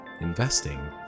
investing